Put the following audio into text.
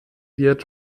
wird